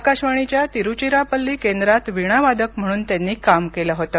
आकाशवाणीच्या तिरुचिरापल्ली केंद्रात वीणा वादक म्हणून त्यांनी काम केलं होतं